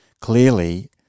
clearly